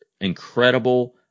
incredible